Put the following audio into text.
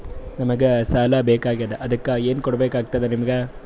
ನಮಗ ಸಾಲ ಬೇಕಾಗ್ಯದ ಅದಕ್ಕ ಏನು ಕೊಡಬೇಕಾಗ್ತದ ನಿಮಗೆ?